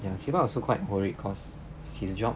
ya siva also quite worried cause his job